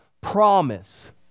promise